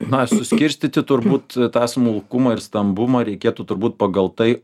na suskirstyti turbūt tą smulkumą ir stambumą reikėtų turbūt pagal tai